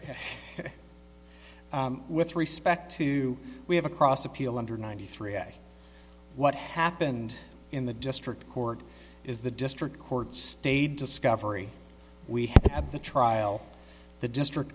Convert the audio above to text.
ok with respect to we have a cross appeal under ninety three i what happened in the district court is the district court stayed discovery we had at the trial the district